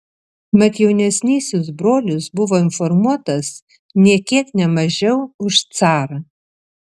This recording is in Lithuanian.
mat jaunesnysis brolis buvo informuotas nė kiek ne mažiau už carą